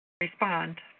respond